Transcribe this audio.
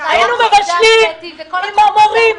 היינו מבשלים עם המורים,